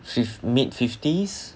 fif~ mid fifties